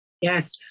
Yes